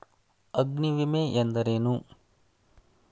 ಅಗ್ನಿವಿಮೆ ಎಂದರೇನು?